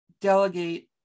delegate